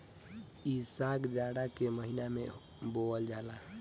इ साग जाड़ा के महिना में बोअल जाला